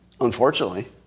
Unfortunately